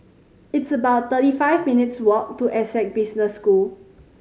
it's about thirty five minutes' walk to Essec Business School